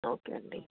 okay అండి